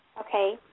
okay